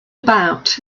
about